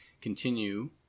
continue